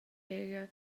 era